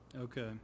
Okay